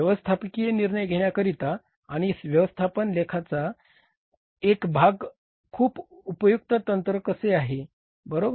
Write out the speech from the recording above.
व्यवस्थापकीय निर्णय घेण्याकरिता आणि व्यवस्थापन लेखाचा एक भाग खूप उपयुक्त तंत्र कसे आहे बरोबर